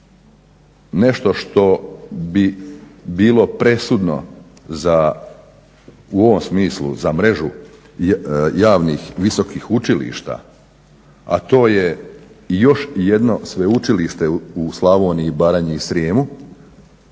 nešto što bi bilo presudno za u ovom smislu za Mrežu javnih visokih učilišta, a to je još jedno sveučilište u Slavoniji, Baranji i Srijemu.